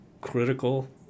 critical